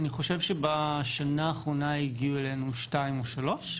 אני חושב שבשנה האחרונה הגיעו אלינו שתיים או שלוש עובדות,